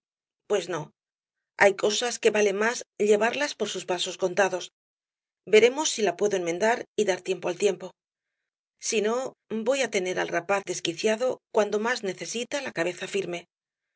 pues no hay cosas que vale más llevarlas por sus pasos contados veremos si la puedo enmendar y dar tiempo al tiempo si no voy á tener al rapaz desquiciado cuando más necesita la cabeza firme